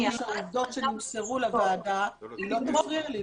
אמרתי שהעובדות שנמסרו לוועדה לא נכונות.